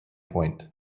point